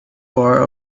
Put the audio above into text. bar